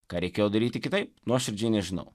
ką reikėjo daryti kitaip nuoširdžiai nežinau